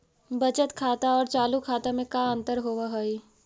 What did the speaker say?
बचत खाता और चालु खाता में का अंतर होव हइ?